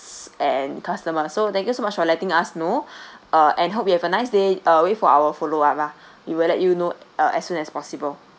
and customers so thank you so much for letting us know uh and hope you have a nice day uh wait for our follow up ah we will let you know uh as soon as possible